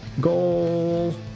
goal